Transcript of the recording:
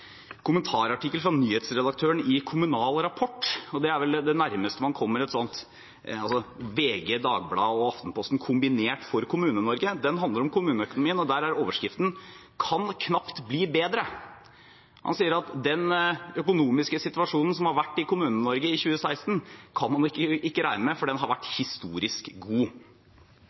kommentarartikkel fra nyhetsredaktøren i Kommunal Rapport, og det er vel det nærmeste man kommer VG, Dagbladet og Aftenposten kombinert for Kommune-Norge. Den handler om kommuneøkonomien, og der var overskriften: «Kan knapt bli bedre». Han sier at den økonomiske situasjonen som har vært i Kommune-Norge i 2016, kan man ikke regne med, for den har vært historisk god.